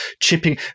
chipping